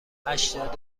هشتاد